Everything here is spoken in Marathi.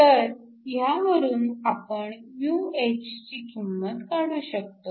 तर ह्यावरून आपण h ची किंमत काढू शकतो